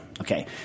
Okay